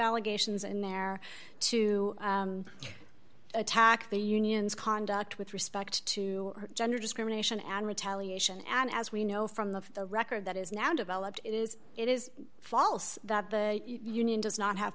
allegations in there to attack the union's conduct with respect to gender discrimination and retaliation and as we know from the the record that is now developed is it is false that the union does not have